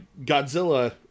Godzilla